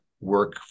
work